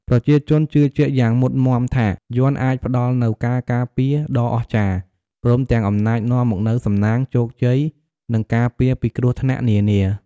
ប្រជាជនជឿជាក់យ៉ាងមុតមាំថា យ័ន្តអាចផ្ដល់នូវការការពារដ៏អស្ចារ្យ ព្រមទាំងអំណាចនាំមកនូវសំណាង ជោគជ័យ និងការពារពីគ្រោះថ្នាក់នានា។